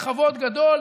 בכבוד גדול,